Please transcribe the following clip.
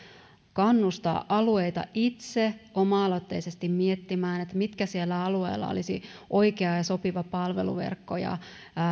kannustaa alueita itse oma aloitteisesti miettimään mikä siellä alueella olisi oikea ja sopiva palveluverkko ja